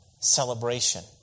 celebration